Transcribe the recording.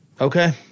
Okay